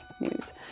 news